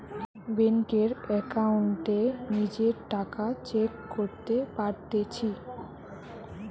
বেংকের একাউন্টে নিজের টাকা চেক করতে পারতেছি